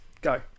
Go